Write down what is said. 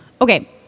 Okay